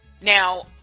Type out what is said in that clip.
Now